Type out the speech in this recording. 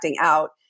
out